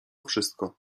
wszystko